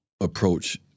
approach